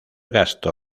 gasto